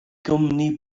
gwmni